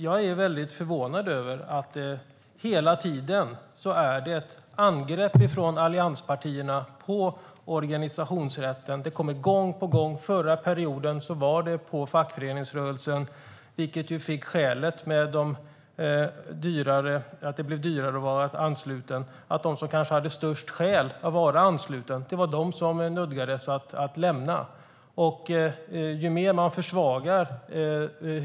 Jag är förvånad över att allianspartierna hela tiden angriper organisationsrätten. Förra mandatperioden var det fackföreningsrörelsen, vilket var skälet till att det blev dyrare att vara ansluten. De som hade störst skäl att vara anslutna nödgades att lämna fackföreningarna.